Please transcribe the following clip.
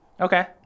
Okay